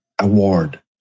award